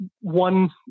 one